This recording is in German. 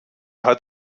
hat